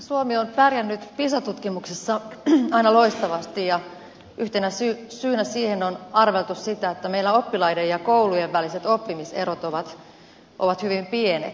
suomi on pärjännyt pisa tutkimuksissa aina loistavasti ja yhdeksi syyksi siihen on arveltu sitä että meillä oppilaiden ja koulujen väliset oppimiserot ovat hyvin pienet